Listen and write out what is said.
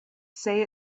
say